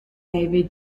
navy